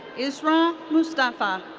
israa mustafa.